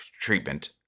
treatment